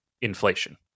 Inflation